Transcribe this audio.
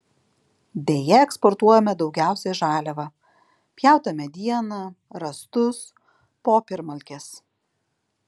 deja eksportuojame daugiausiai žaliavą pjautą medieną rąstus popiermalkes